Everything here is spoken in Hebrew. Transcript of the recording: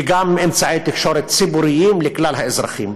וגם אמצעי תקשורת ציבוריים לכלל האזרחים,